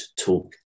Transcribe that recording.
talk